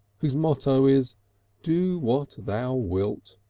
whose motto is do what thou wilt.